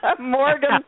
Morgan